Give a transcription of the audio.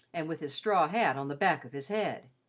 and with his straw hat on the back of his head,